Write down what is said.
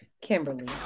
Kimberly